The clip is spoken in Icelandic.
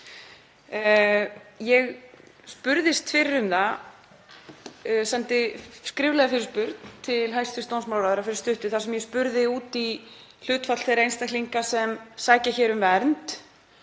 í þessa umræðu. Ég sendi skriflega fyrirspurn til hæstv. dómsmálaráðherra fyrir stuttu þar sem ég spurði út í hlutfall þeirra einstaklinga sem sækja hér um vernd